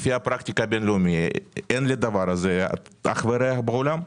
לפי הפרקטיקה הבין-לאומית אין לדבר הזה אח ורע בעולם.